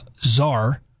czar